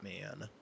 man